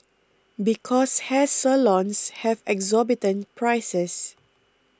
because hair salons have exorbitant prices